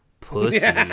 Pussy